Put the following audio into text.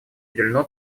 уделено